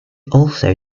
also